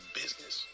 business